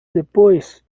depois